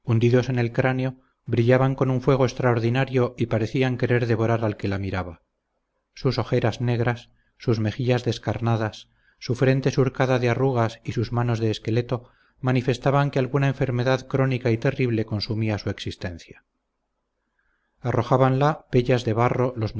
hundidos en el cráneo brillaban con un fuego extraordinario y parecían querer devorar al que la miraba sus ojeras negras sus mejillas descarnadas su frente surcada de arrugas y sus manos de esqueleto manifestaban que alguna enfermedad crónica y terrible consumía su existencia arrojábanla pellas de barro los